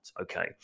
okay